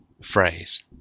phrase